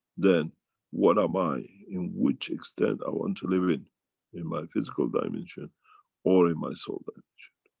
then what am i? in which extend i want to live in in my physical dimension or in my soul dimension.